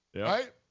Right